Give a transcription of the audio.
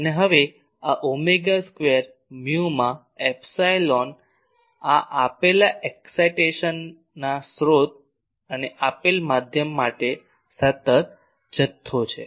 અને હવે આ ઓમેગા સ્ક્વેર મ્યુ માં એપ્સીલોન આ આપેલા એક્સાઈટેશનના સ્રોત અને આપેલ માધ્યમ માટે સતત જથ્થો છે